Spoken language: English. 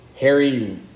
Harry